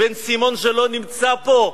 בן-סימון, שלא נמצא פה,